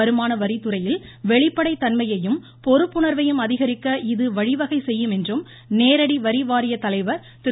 வருமான வரித்துறையில் வெளிப்படைத் தன்மையையும் பொறுப்புணர்வையும் அதிகரிக்க இது வழிவகைசெய்யும் என்றும் நேரடி வரி வாரிய தலைவர் திரு